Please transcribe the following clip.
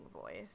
voice